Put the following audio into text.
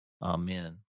Amen